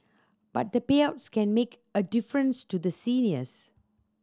but the payouts can make a difference to the seniors